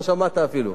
לא שמעת אפילו.